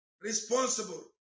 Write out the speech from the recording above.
responsible